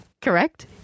Correct